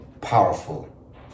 powerful